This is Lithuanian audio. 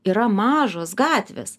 yra mažos gatvės